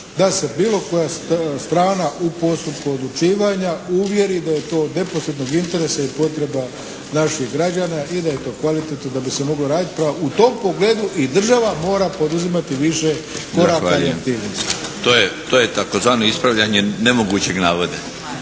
da se bilo koja strana u postupku odlučivanja uvjeri da je to od neposrednog interesa i potreba naših građana i da je to kvalitetno da bi se moglo radit. Pa u tom pogledu i država mora poduzimati više koraka i aktivnosti. **Milinović, Darko